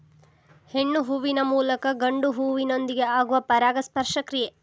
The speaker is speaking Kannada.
ಹೆಣ್ಣು ಹೂವಿನ ಮೂಲಕ ಗಂಡು ಹೂವಿನೊಂದಿಗೆ ಆಗುವ ಪರಾಗಸ್ಪರ್ಶ ಕ್ರಿಯೆ